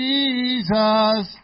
Jesus